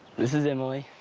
this is emily.